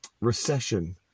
recession